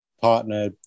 partner